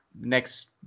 next